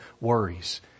worries